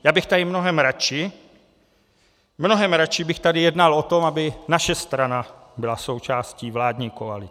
Já bych tady mnohem radši, mnohem radši, bych tady jednal o tom, aby naše strana byla součástí vládní koalice.